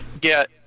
get